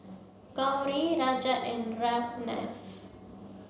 Gauri Rajat and Ramnath